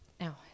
Now